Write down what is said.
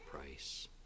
price